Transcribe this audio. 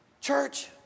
Church